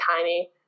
tiny